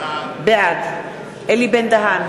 בעד אלי בן-דהן,